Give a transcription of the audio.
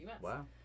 wow